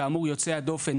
כאמור יוצא הדופן,